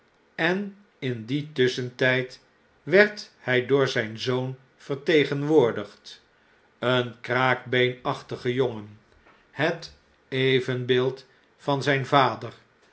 en in dien tusschentgd werd in londen en parijs hy door zijn zoon vertegenwoordigd een kraakbeenachtig'e jongen het evenbeeld van zgn vader